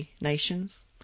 nations